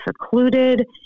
secluded